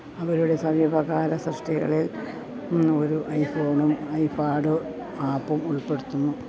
അവരുടെ സമീപകാല സൃഷ്ടികളിൽ ഒരു ഐഫോണും ഐപ്പാഡ് ആപ്പും ഉൾപ്പെടുന്നു